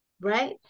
Right